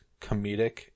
comedic